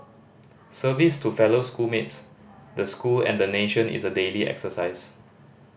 service to fellow school mates the school and the nation is a daily exercise